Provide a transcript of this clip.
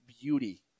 beauty